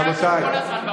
רבותיי,